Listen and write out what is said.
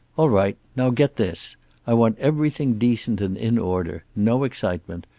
all right. now get this i want everything decent and in order. no excitement.